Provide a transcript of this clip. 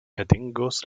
atingos